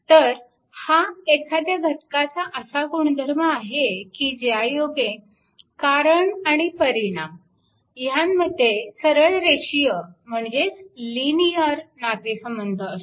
तर हा एखाद्या घटकाचा असा गुणधर्म आहे की ज्यायोगे कारण आणि परिणाम यांमध्ये सरळरेषीय म्हणजेच लिनिअर नातेसंबंध असतो